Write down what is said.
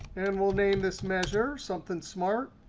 and we'll name this measure something smart.